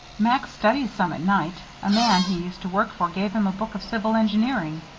max studies some at night a man he used to work for gave him a book of civil engineering.